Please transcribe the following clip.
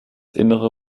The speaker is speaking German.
innere